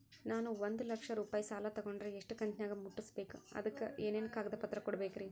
ನಾನು ಒಂದು ಲಕ್ಷ ರೂಪಾಯಿ ಸಾಲಾ ತೊಗಂಡರ ಎಷ್ಟ ಕಂತಿನ್ಯಾಗ ಮುಟ್ಟಸ್ಬೇಕ್, ಅದಕ್ ಏನೇನ್ ಕಾಗದ ಪತ್ರ ಕೊಡಬೇಕ್ರಿ?